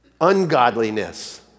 ungodliness